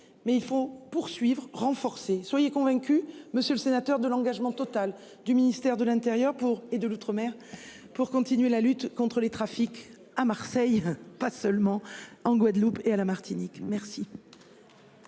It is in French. mais il faut poursuivre renforcer soyez convaincu monsieur le sénateur de l'engagement total. Du ministère de l'Intérieur pour et de l'outre-mer pour continuer la lutte contre les trafics à Marseille, pas seulement en Guadeloupe et à la Martinique, merci.